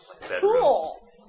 Cool